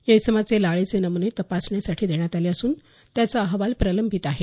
या इसमाचे लाळेचे नमूने तपासणीसाठी देण्यात आले असून त्याचा अहवाल प्रलंबित आहेत